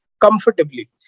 comfortably